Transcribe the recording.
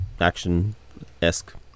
action-esque